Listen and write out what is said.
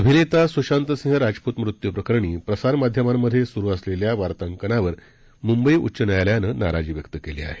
अभिनेता सुशांत सिंह राजपूत मृत्यूप्रकरणी प्रसार माध्यमांमध्ये सुरु असलेल्या वार्तांकनावर मुंबई उच्च न्यायालयानं नाराजी व्यक्त केली आहे